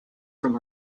from